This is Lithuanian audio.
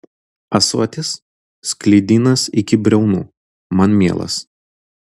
ąsotis sklidinas iki briaunų man mielas